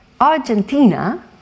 Argentina